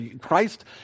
Christ